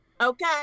Okay